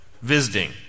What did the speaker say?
visiting